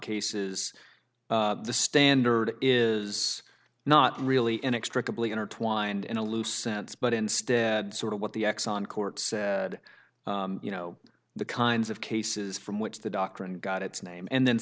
cases the standard is not really inextricably intertwined in a loose sense but instead sort of what the exxon courts you know the kinds of cases from which the doctrine got its name and then